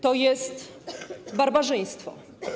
To jest barbarzyństwo.